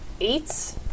eight